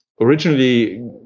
originally